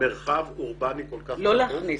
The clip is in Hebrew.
למרחב אורבני כל כך גדול --- לא להכניס.